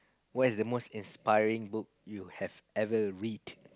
what is the most inspiring book you have ever read